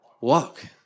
walk